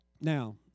Now